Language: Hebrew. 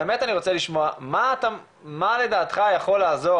באמת אני רוצה לשמוע מה לדעתך יכול לעזור.